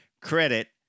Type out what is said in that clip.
credit